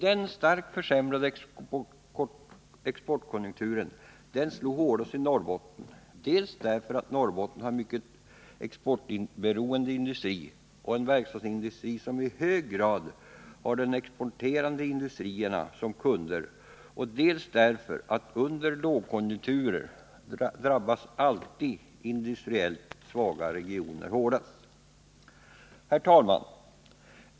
Den starkt försämrade exportkonjunkturen slog hårdast i Norrbotten, dels därför att Norrbotten har en mycket exportberoende industri och en verkstadsindustri som i hög grad har de exporterande industrierna som kunder, dels därför att under lågkonjunkturer drabbas alltid industriellt svaga regioner hårdast. Herr talman!